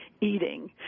eating